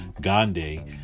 Gandhi